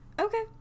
Okay